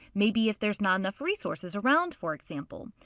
maybe if there's not enough resources around for example.